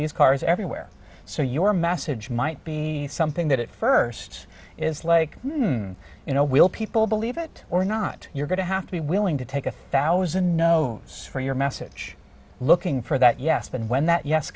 these cars everywhere so your message might be something that it first is like you know will people believe it or not you're going to have to be willing to take a thousand no for your message looking for that yes but when that yes